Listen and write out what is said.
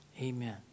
Amen